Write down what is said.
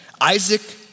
Isaac